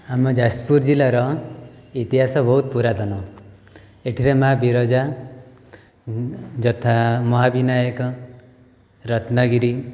ଆମ ଯାଜପୁର ଜିଲ୍ଲାର ଇତିହାସ ବହୁତ ପୁରାତନ ଏଥିରେ ମା' ବିରଜା ଯଥା ମହାବିନାୟକ ରତ୍ନଗିରି